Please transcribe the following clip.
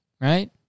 right